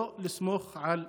לא לסמוך על פקידים,